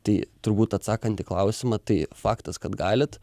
tai turbūt atsakant į klausimą tai faktas kad galit